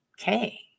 okay